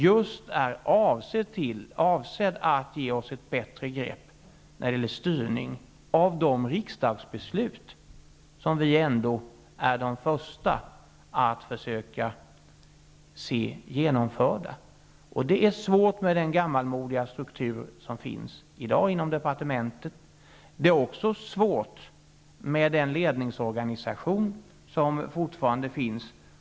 Den är avsedd att ge oss ett bättre grepp när det gäller styrning av de riksdagsbeslut som vi ändå är de första att försöka genomföra. Det är svårt med den gammalmodiga struktur som finns i dag inom departementet. Det är också svårt med den ledningsorganisation som fortfarande finns.